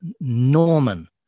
Norman